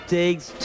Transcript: takes